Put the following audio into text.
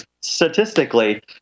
statistically